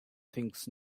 thinks